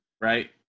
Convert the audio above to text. right